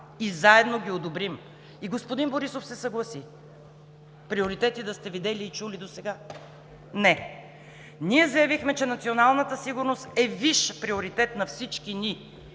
и заедно ги одобрим. Господин Борисов се съгласи. Но да сте чули и видели приоритети досега? Не! Ние заявихме, че националната сигурност е висш приоритет на всички ни.